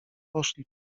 poszli